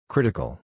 Critical